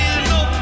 no